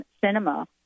Cinema